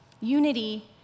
Unity